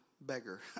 beggar